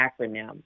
acronym